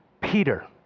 Peter